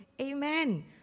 Amen